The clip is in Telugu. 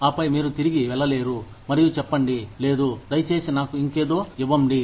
ఆపై మీరు తిరిగి వెళ్లలేరు మరియు చెప్పండి లేదు దయచేసి నాకు ఇంకేదో ఇవ్వండి